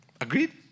Agreed